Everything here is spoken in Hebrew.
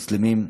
מוסלמים,